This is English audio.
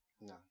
No